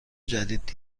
جدید